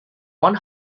one